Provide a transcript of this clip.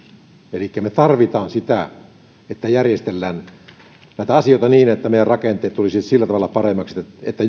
elikkä me tarvitsemme sitä että järjestellään näitä asioita niin että meidän rakenteet tulisivat sillä tavalla paremmiksi että että